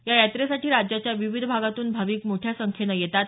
या यात्रेसाठी राज्याच्या विविध भागातून भाविक मोठ्या संख्येनं येतात